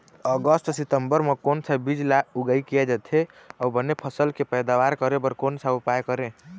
अगस्त सितंबर म कोन सा बीज ला उगाई किया जाथे, अऊ बने फसल के पैदावर करें बर कोन सा उपाय करें?